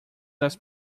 das